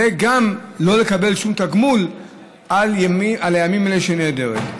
וגם לא לקבל שום תגמול על הימים האלה שהיא נעדרת.